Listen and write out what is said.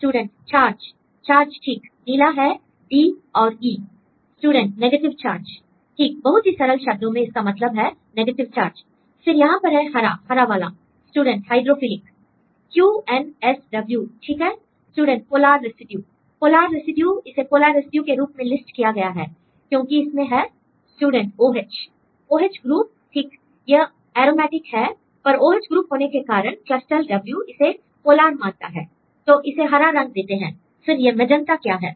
student charge charge ठीक नीला है D और E l student negative charge l ठीक बहुत ही सरल शब्दों में इसका मतलब है नेगेटिव चार्ज l फिर यहां पर है हरा हरा वाला student hydrophilic Q N S Y ठीक है l student polar residue polar residue इसे पोलार रेसिड्यू के रूप में लिस्ट किया गया है क्योंकि इसमें है स्टूडेंट OH OH ग्रुप ठीक यह अरोमैटिक है पर OH ग्रुप होने के कारण क्लस्टल्W इसे पोलार मानता है l तो उसे हरा रंग देते हैं फिर यह मेजन्ता क्या है